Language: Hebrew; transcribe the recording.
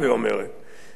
היישובים האחרים,